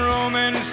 Roman